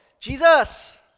Jesus